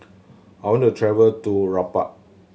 I want to travel to Rabat